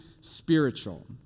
spiritual